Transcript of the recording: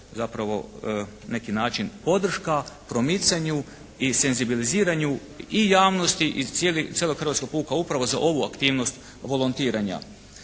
zapravo na neki način podrška promicanju i senzibiliziranju i javnosti i cijelog hrvatskog puka upravo za ovu aktivnost volontiranja.